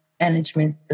management